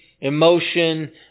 emotion